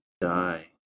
die